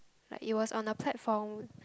like it was on a platform